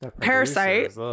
Parasite